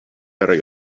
better